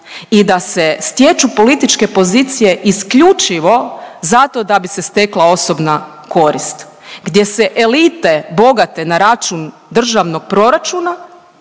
i da se stječu političke pozicije isključivo zato da bi se stekla osobna korist gdje se elite bogate na račun Državnog proračuna